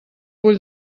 vull